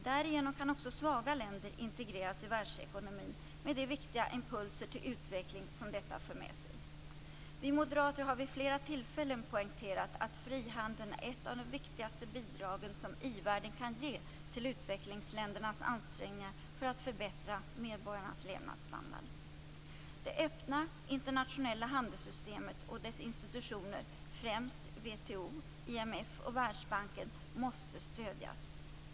Därigenom kan också svaga länder integreras i världsekonomin med de viktiga impulser till utveckling som detta för med sig. Vi moderater har vid flera tillfällen poängterat att frihandeln är ett av de viktigaste bidrag som i-världen kan ge till utvecklingsländernas ansträngningar för att förbättre medborgarnas levnadsstandard. Det öppna internationella handelssystemet och dess institutioner, främst WTO, IMF och Världsbanken, måste stödjas.